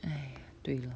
!aiya! 对了